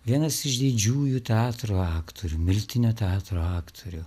vienas iš didžiųjų teatro aktorių miltinio teatro aktorių